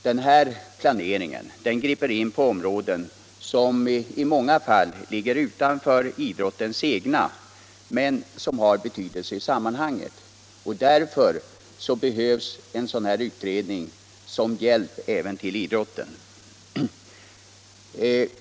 Denna planering griper emellertid in på områden, som i många fall ligger utanför idrottens egna men som har betydelse i sammanhanget. Därför behövs en sådan här utredning såsom hjälp även för idrotten.